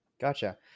Gotcha